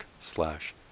slash